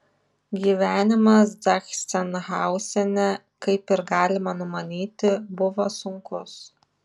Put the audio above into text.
gyvenimas zachsenhauzene kaip ir galima numanyti buvo sunkus